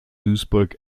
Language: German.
duisburg